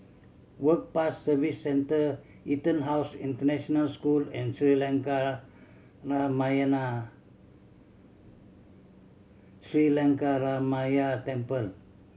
Work Pass Service Centre EtonHouse International School and Sri Lankaramaya Sri Lankaramaya Temple